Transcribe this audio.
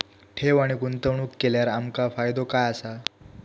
ठेव आणि गुंतवणूक केल्यार आमका फायदो काय आसा?